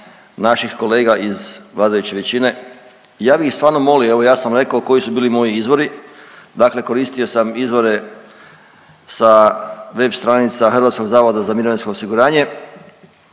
naših kolega iz vladajuće većine. Ja bih ih stvarno molio, evo ja sam rekao koji su bili moji izvori, dakle koristio sam izvore sa web stranica HZMO-a, koristio sam